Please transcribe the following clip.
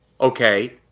okay